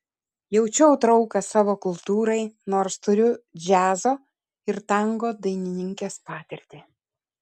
jaučiau trauką savo kultūrai nors turiu džiazo ir tango dainininkės patirtį